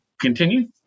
continue